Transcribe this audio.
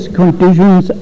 conditions